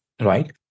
right